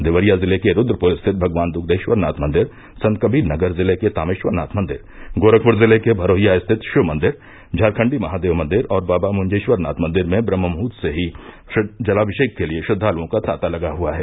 देवरिया जिले के रूद्रपुर स्थित भगवान दुष्पेश्वरनाथ मंदिर संत कबीर नगर जिले के तामेश्वरनाथ मंदिर गोरखपुर जिले के भरोहिया स्थित शिवमंदिर झारखण्डी महादेव मंदिर और बाबा मुंजेश्वरनाथ मंदिर में ब्रम्हमुहूर्त से ही जलाभिषेक के लिए श्रद्वालुओं का तांता लगा हुआ है